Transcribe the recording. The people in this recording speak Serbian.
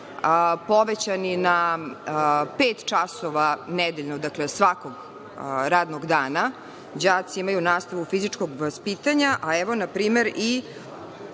povećani na pet časova nedeljno, dakle, svakog radnog dana. Đaci imaju nastavu fizičkog vaspitanja, a evo na primer i